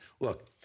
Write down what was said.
Look